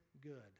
good